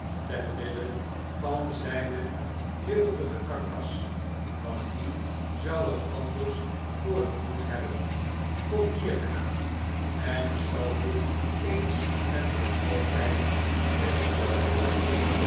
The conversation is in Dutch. ter wille van zijne jeugdige karkas want die zou er anders voor geboet hebben kom hier knaap en ik zal je eens en voor altijd de les voorlezen